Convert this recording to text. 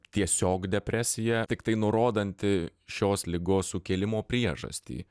tiesiog depresija tiktai nurodanti šios ligos sukėlimo priežastį